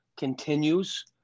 continues